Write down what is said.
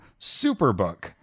Superbook